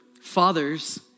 fathers